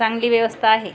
चांगली व्यवस्था आहे